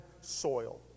soil